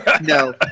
No